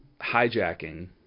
hijacking